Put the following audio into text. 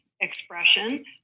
expression